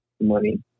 money